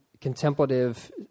contemplative